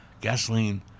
gasoline